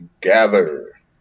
Gather